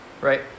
Right